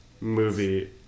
movie